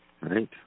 Right